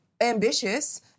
ambitious